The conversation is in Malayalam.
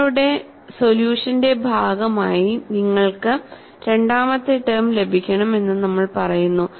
നിങ്ങളുടെ സൊല്യൂഷന്റെ ഭാഗമായി നിങ്ങൾക്ക് രണ്ടാമത്തെ ടേം ലഭിക്കണം എന്ന് നമ്മൾ പറയുന്നു